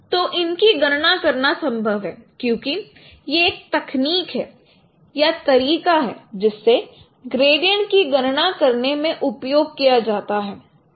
तो इनकी गणना करना संभव है क्योंकि यह एक तकनीक है या तरीका है जिससे ग्रेडियंट की गणना करने में उपयोग किया जाता है